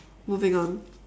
moving on